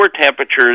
temperatures